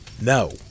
No